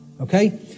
okay